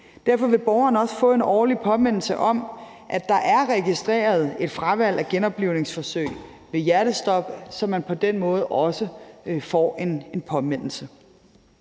Derfor vil borgeren også få en årlig påmindelse om, at der er registreret et fravalg af genoplivningsforsøg ved hjertestop, så man på den måde også får en påmindelse.